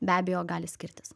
be abejo gali skirtis